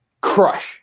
crush